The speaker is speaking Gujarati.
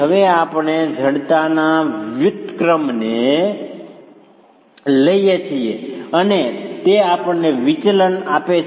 હવે આપણે જડતાના વ્યુત્ક્રમને લઈએ છીએ અને તે આપણને વિચલન આપે છે